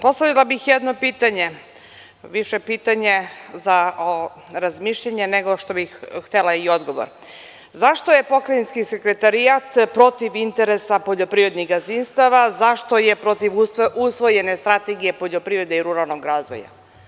Postavila bih jedno pitanje, više pitanje za razmišljanje, nego što bih htela i odgovor - zašto je Pokrajinski sekretarijat protiv interesa poljoprivrednih gazdinstava, zašto je protiv usvojene Strategije poljoprivrede i ruralnog razvoja?